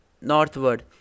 northward